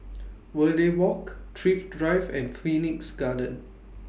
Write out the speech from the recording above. Verde Walk Thrift Drive and Phoenix Garden